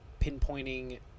pinpointing